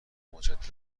مجدد